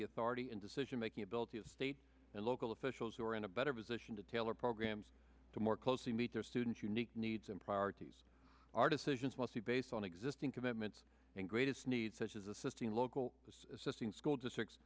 the authority and decision making ability of state and local officials who are in a better position to tailor programs to more closely meet their student unique needs and priorities our decisions must be based on existing commitments in greatest need such as assisting local assisting school districts